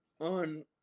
on